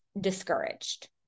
discouraged